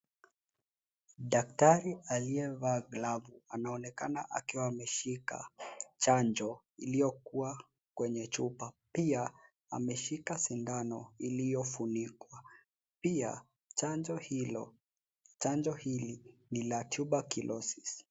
Daktari aliyevaa glavu anaonekana akiwa ameshika chanjo iliyo kuwa kwenye chupa. Pia ameshika sindano iliyo funikwa. Pia chanjo hili ni la[cs ] tuberculosis [cs ]